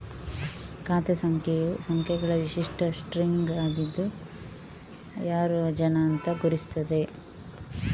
ಖಾತೆ ಸಂಖ್ಯೆಯು ಸಂಖ್ಯೆಗಳ ವಿಶಿಷ್ಟ ಸ್ಟ್ರಿಂಗ್ ಆಗಿದ್ದು ಯಾರು ಜನ ಅಂತ ಗುರುತಿಸ್ತದೆ